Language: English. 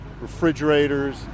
refrigerators